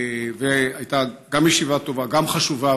הייתה ישיבה גם טובה וגם חשובה.